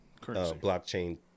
blockchain